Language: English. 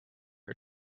are